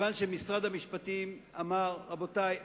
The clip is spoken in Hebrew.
כיוון שמשרד המשפטים אמר: רבותי,